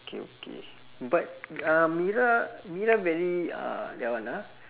okay okay but uh mira mira very uh that one ah